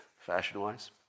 fashion-wise